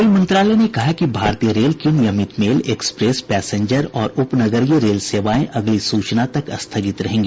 rail मंत्रालय ने कहा है कि भारतीय रेल की नियमित मेल एक्सप्रेस पैसेंजर और उपनगरीय रेल सेवाएं अगली सूचना तक स्थगित रहेंगी